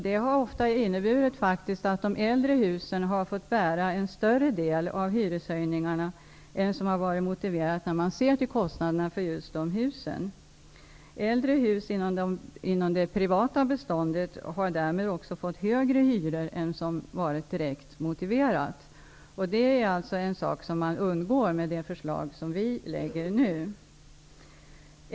Det har ofta inneburit att de äldre husen har fått bära en större del av hyreshöjningarna än vad som har varit motiverat när man ser till kostnaderna för just de husen. Äldre hus inom det privata beståndet har därmed också fått högre hyror än vad som har varit direkt motiverat. Detta är en effekt som man undgår med det förslag som vi nu kommer att lägga fram.